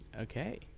Okay